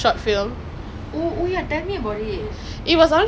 என்னோடெ வந்து தேவையில்லை:ennodei vanthu theveiyille don't need to on camera or mic